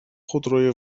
خودروی